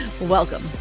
Welcome